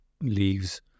leaves